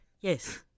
Yes